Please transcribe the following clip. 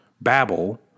Babel